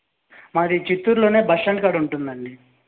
మాది చిత్తూరులోనే bus stand కాడ ఉంటుందండి